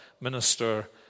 minister